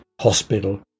Hospital